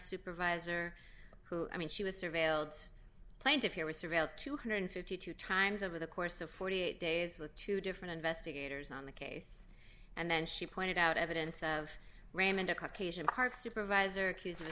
supervisor who i mean she was surveilled plaintiff here was surveilled two hundred and fifty two times over the course of forty eight days with two different investigators on the case and then she pointed out evidence of raymond occasion park supervisor accused of a